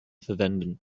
verwenden